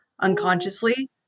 unconsciously